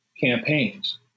campaigns